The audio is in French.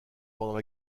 pendant